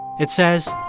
it says,